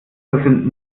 sind